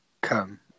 Come